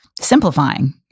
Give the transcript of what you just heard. simplifying